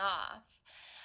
off